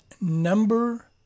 number